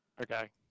Okay